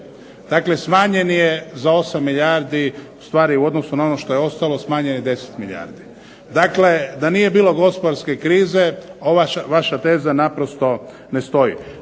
Dakle, smanjen je za 8 milijardi, ustvari u odnosu na ono što je ostalo smanjen je 10 milijardi. Dakle, da nije bilo gospodarske krize ova vaša teza naprosto ne stoji.